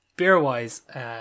Beer-wise